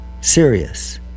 Serious